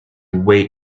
wait